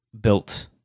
built